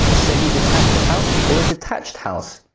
a semi-detached house, or a detached house?